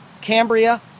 Cambria